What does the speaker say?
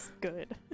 good